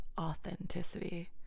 authenticity